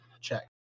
check